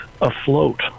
afloat